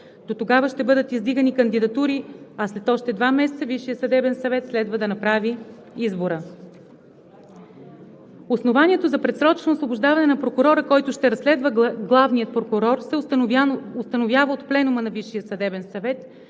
Дотогава ще бъдат издигани кандидатури, а след още два месеца Висшият съдебен съвет следва да направи избора. Основанието за предсрочно освобождаване на прокурора, който ще разследва главния прокурор, се установява от Пленума на